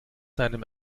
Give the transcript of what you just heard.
seinem